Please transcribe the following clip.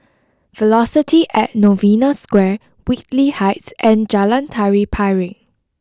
Velocity at Novena Square Whitley Heights and Jalan Tari Piring